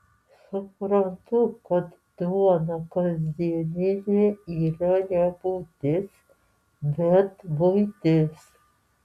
suprantu kad duona kasdieninė yra ne būtis bet buitis